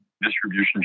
distribution